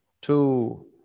two